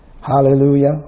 Hallelujah